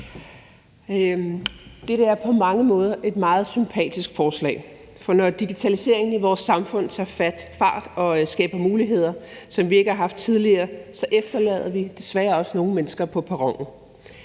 Dette er på mange måder et meget sympatisk forslag, for når digitaliseringen i vores samfund tager fart og skaber muligheder, som vi ikke har haft tidligere, efterlader vi desværre også nogle mennesker på perronen.